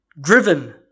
driven